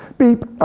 beep,